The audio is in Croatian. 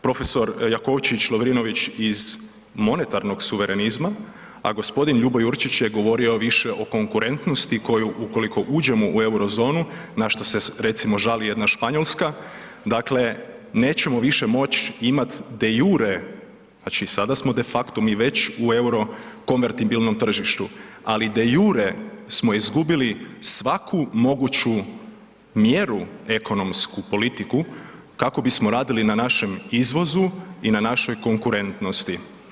Prof. Jakovčić, Lovrinović iz monetarnog suverenizma, a g. Ljubo Jurčić je govorio više o konkurentnosti koju, ukoliko uđemo u Eurozonu, na što se recimo, žali jedna Španjolska, dakle, nećemo više moći imati de jure, znači sada smo de facto mi već u euro konvertibilnom tržištu, ali de jure smo izgubili svaku mogući mjeru ekonomsku politiku kako bismo radili na našem izvozu i na našoj konkurentnosti.